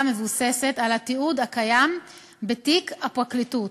מבוססת על התיעוד הקיים בתיק הפרקליטות,